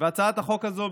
הצעת החוק הזאת